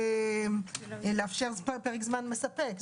לאפשר פרק זמן מספק,